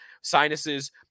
sinuses